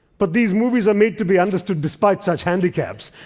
but these movies are made to be understood despite such handicaps,